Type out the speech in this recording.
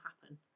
happen